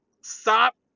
stop